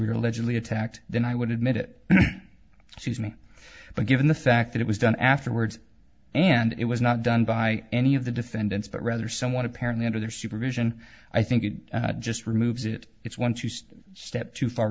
allegedly attacked then i would admit it suits me but given the fact that it was done afterwards and it was not done by any of the defendants but rather someone apparently under their supervision i think it just removes it it's once used step too far